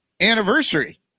anniversary